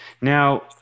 Now